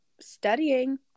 studying